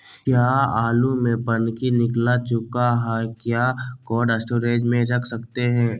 क्या आलु में पनकी निकला चुका हा क्या कोल्ड स्टोरेज में रख सकते हैं?